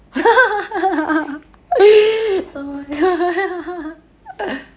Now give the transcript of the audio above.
oh my god